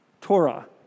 Torah